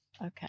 Okay